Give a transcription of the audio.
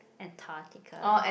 Antarctica